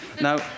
Now